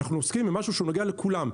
אנחנו עוסקים במשהו שהוא נוגע לכולם.